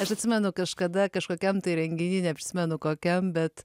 aš atsimenu kažkada kažkokiam tai renginy neprisimenu kokiam bet